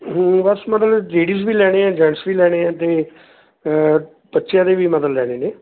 ਬਸ ਮਤਲਬ ਲੇਡੀਜ ਵੀ ਲੈਣੇ ਆ ਜੈਂਟਸ ਵੀ ਲੈਣੇ ਆ ਅਤੇ ਬੱਚਿਆਂ ਦੇ ਵੀ ਮਤਲਬ ਲੈਣੇ ਨੇ